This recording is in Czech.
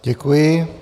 Děkuji.